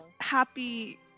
Happy